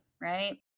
right